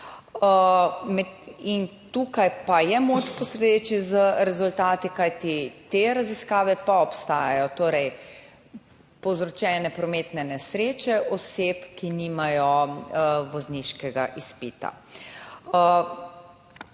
tukaj pa je moč postreči z rezultati, kajti te raziskave pa obstajajo, torej povzročene prometne nesreče oseb, ki nimajo vozniškega izpita.